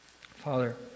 Father